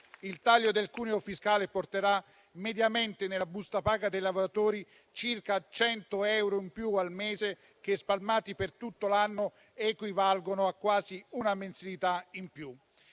Il taglio del cuneo fiscale porterà mediamente nella busta paga dei lavoratori circa 100 euro in più al mese che spalmati per tutto l'anno equivalgono a quasi una mensilità in più.